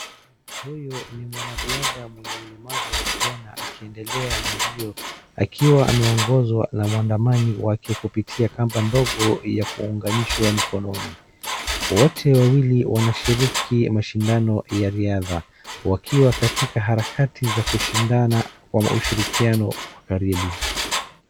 Huyu ni mwanariadha mwenye ulemavu wakuona akiendelea na mbio akiwa ameongozwa na mwandamani wake kupitia kamba ndogo ya kuunganishwa mikononi. Wote wawili wanashiriki mashindano ya riadha wakiwa katika harakati za kushindana kwa ushirikiano wa karibu.